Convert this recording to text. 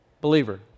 believer